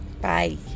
Bye